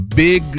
big